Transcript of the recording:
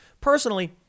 Personally